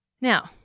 Now